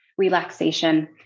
relaxation